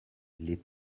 les